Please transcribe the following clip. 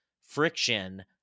friction